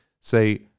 say